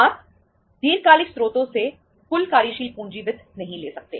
आप दीर्घकालिक स्रोतों से कुल कार्यशील पूंजी वित्त नहीं ले सकते